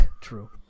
True